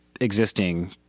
existing